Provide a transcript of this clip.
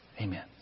Amen